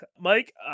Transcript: Mike